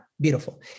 Beautiful